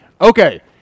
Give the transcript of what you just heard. Okay